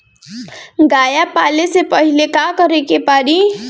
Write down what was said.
गया पाले से पहिले का करे के पारी?